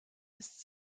ist